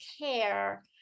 care